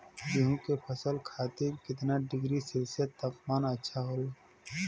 गेहूँ के फसल खातीर कितना डिग्री सेल्सीयस तापमान अच्छा होला?